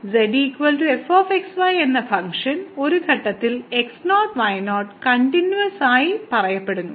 z f x y എന്ന function ഒരു ഘട്ടത്തിൽ x0 y0 കണ്ടിന്യൂവസായി പറയപ്പെടുന്നു